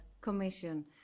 commission